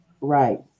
Right